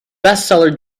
bestseller